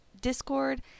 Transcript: Discord